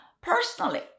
personally